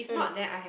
mm